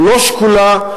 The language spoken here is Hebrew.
לא שקולה,